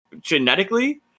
genetically